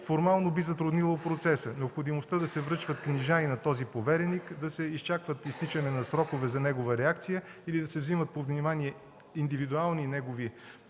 формално би затруднило процеса. Необходимостта да се връчват книжа и на този повереник, да се изчакват изтичане на срокове за негова реакция или да се вземат под внимание, по негови индивидуални